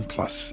Plus